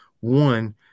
One